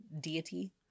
deity